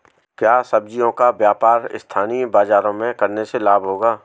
क्या सब्ज़ियों का व्यापार स्थानीय बाज़ारों में करने से लाभ होगा?